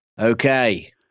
Okay